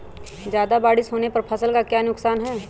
ज्यादा बारिस होने पर फसल का क्या नुकसान है?